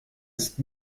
ist